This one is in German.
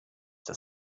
der